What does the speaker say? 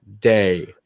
day